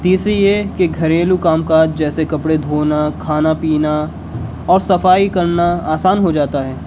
تیسری یہ کہ گھریلو کام کاج جیسے کپڑے دھونا کھانا پینا اور صفائی کرنا آسان ہو جاتا ہے